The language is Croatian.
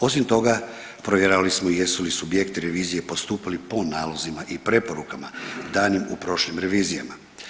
Osim toga, provjeravali smo jesu li subjekti revizije postupali po nalozima i preporukama danim u prošlim revizijama.